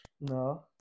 No